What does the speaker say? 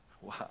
Wow